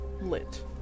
lit